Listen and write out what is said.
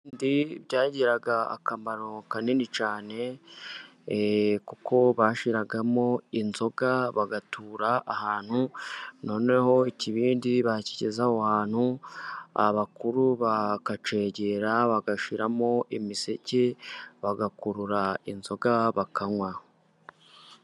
Ibibindi byagiraga akamaro kanini cyane kuko bashyiragamo inzoga bagatura ahantu ,noneho ikibindi bakigeza aho hantu abakuru bakacyegera bagashyiramo imiseke bagakurura inzoga bakanywa.